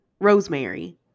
Rosemary